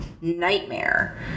nightmare